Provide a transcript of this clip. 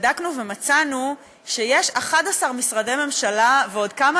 בדקנו ומצאנו שיש 11 משרדי ממשלה ועוד כמה